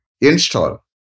install